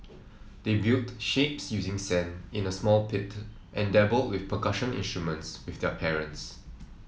they built shapes using sand in a small pit and dabbled with percussion instruments with their parents